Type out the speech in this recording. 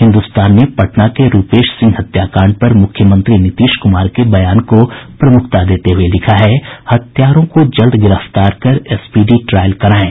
हिन्दुस्तान ने पटना के रूपेश सिंह हत्याकांड पर मुख्यमंत्री नीतीश कुमार के बयान को प्रमुखता देते हुए लिखा है हत्यारों को जल्द गिरफ्तार कर स्पीडी ट्रायल करायें